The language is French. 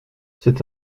c’est